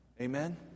Amen